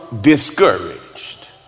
discouraged